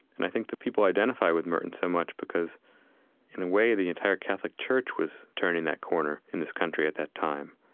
and i think that people identify with merton so much because in a way the entire catholic church was turning that corner in this country at that time,